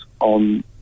on